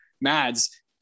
Mads